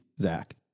Zach